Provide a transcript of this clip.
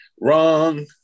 wrong